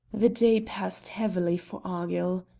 the day passed heavily for argyll.